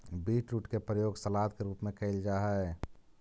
beetroot के प्रयोग सलाद के रूप में कैल जा हइ